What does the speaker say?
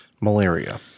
malaria